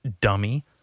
dummy